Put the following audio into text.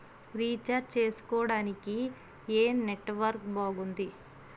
Recharge చేసుకోవటానికి ఏం network బాగుంది?